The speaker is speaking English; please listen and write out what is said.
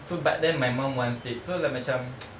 so but then my mum wants it so like macam